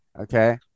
Okay